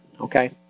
Okay